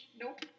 nope